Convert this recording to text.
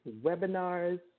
webinars